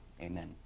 Amen